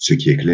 akira.